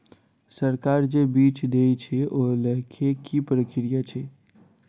सरकार जे बीज देय छै ओ लय केँ की प्रक्रिया छै?